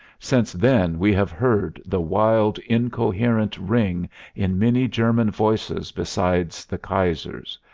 since then we have heard the wild incoherent ring in many german voices besides the kaiser's,